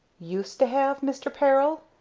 used to have, mr. peril?